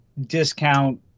discount